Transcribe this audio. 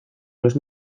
los